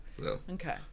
Okay